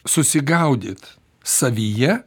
susigaudyt savyje